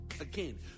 Again